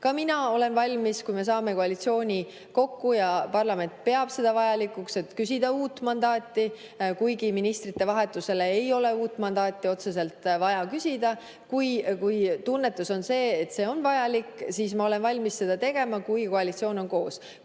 Ka mina olen valmis, kui me saame koalitsiooni kokku ja parlament peab seda vajalikuks, küsima uut mandaati, kuigi ministrite vahetuse korral ei ole uut mandaati otseselt vaja küsida. Kui tunnetus on see, et see on vajalik, siis ma olen valmis seda tegema, kui koalitsioon on koos.